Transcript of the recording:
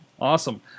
awesome